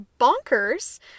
Bonkers